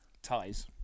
Ties